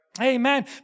Amen